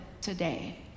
today